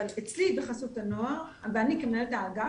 אני כמנהלת האגף,